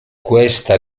questa